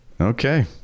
okay